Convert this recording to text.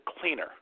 cleaner